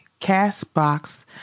Castbox